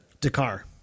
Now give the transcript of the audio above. Dakar